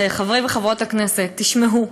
וחברות הכנסת, תשמעו,